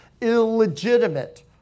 illegitimate